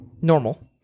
normal